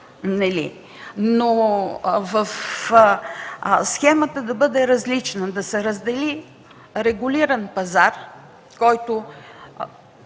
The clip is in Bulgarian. но схемата ще бъде различна – да се раздели на регулиран пазар, който